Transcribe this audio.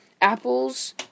apples